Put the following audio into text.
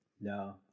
No